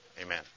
Amen